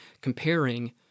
comparing